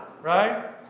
right